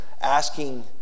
asking